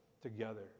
together